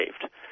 saved